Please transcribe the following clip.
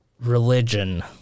religion